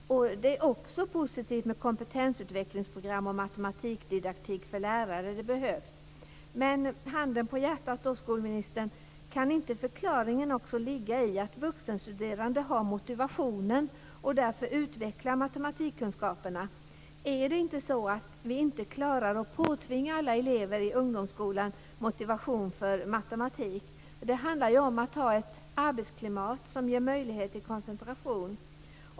Det är också positivt med kompetensutvecklingsprogram och matematikdidaktik för lärare; det behövs. Men handen på hjärtat, skolministern, kan inte förklaringen också ligga i att vuxenstuderande har motivationen och därför utvecklar matematikkunskaperna? Är det inte så att vi inte klarar av att påtvinga alla elever i ungdomsskolan motivation för matematik? Det handlar ju om att ha ett arbetsklimat som ger möjlighet till koncentration.